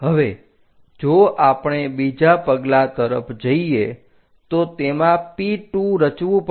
હવે જો આપણે બીજા પગલાં તરફ જઈએ તો તેમાં P2 રચવું પડશે